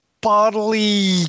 bodily